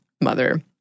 Mother